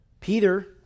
Peter